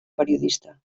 periodista